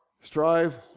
Strive